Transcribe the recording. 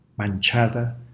manchada